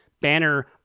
Banner